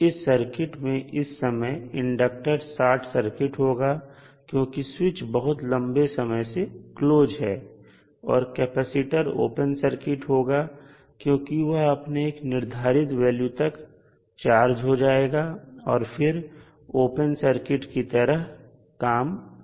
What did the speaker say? इस सर्किट में इस समय इंडक्टर शॉर्ट सर्किट होगा क्योंकि स्विच बहुत लंबे समय से क्लोज है और कैपेसिटर ओपन सर्किट होगा क्योंकि वह अपने एक निर्धारित वैल्यू तक चार्ज हो जाएगा और फिर ओपन सर्किट की तरह काम करेगा